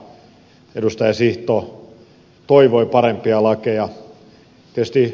sihto toivoi parempia lakeja